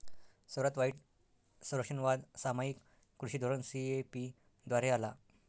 सर्वात वाईट संरक्षणवाद सामायिक कृषी धोरण सी.ए.पी द्वारे आला